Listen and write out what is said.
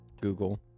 Google